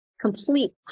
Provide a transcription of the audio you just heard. complete